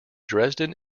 dresden